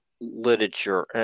literature